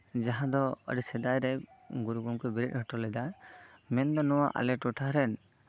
ᱡᱟᱦᱟᱸ ᱫᱚ ᱥᱮᱫᱟᱭᱨᱮ ᱜᱩᱨᱩ ᱜᱚᱢᱠᱮ ᱵᱮᱨᱮᱫ ᱦᱚᱴᱚ ᱞᱮᱫᱟ ᱢᱮᱱ ᱫᱚ ᱱᱚᱣᱟ ᱟᱞᱮ ᱴᱚᱴᱷᱟ ᱨᱮᱱ